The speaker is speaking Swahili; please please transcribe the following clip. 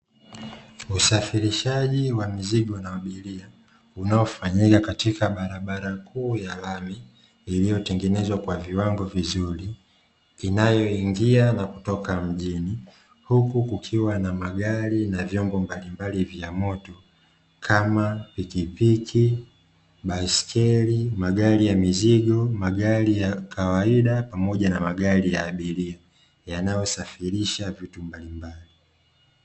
Usafirishaji wa mizigo na abiria unaofanyika katika barabara kuu ya lami iliyotengenezwa kwa viwango vizuri, inayoingia na kutoka mjini huku kukiwa na magari na vyombo mbalimbali vya moto kama pikipiki, baiskeli, magari ya mizigo, magari ya kawaida pamoja na magari ya abiria yanayosafirisha vitu mbalimbali.